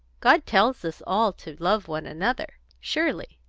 god tells us all to love one another. surely,